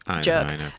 jerk